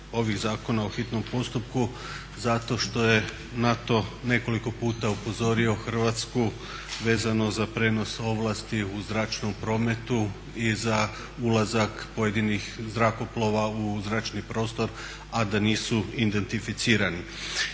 o hitnom postupku zato što je NATO nekoliko puta upozorio Hrvatsku vezano za prijenos ovlasti u zračnom prometu i za ulazak pojedinih zrakoplova u zračni prostor, a da nisu identificirani.